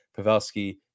Pavelski